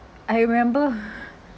I remember